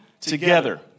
together